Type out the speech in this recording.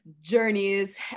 journeys